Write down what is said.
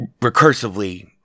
recursively